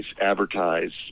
advertise